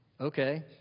okay